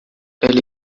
elle